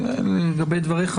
לגבי דבריך.